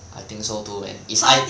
I think so too man is